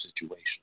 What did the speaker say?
situation